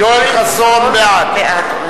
יואל חסון הוא בעד.